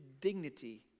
dignity